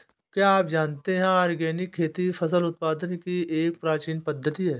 क्या आप जानते है ऑर्गेनिक खेती फसल उत्पादन की एक प्राचीन पद्धति है?